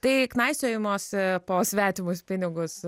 tai knaisiojimosi po svetimus pinigus